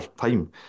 time